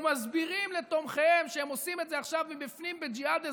הם מסבירים לתומכיהם שהם עושים את זה עכשיו מבפנים בג'יהאד אזרחי,